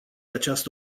această